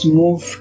move